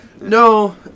No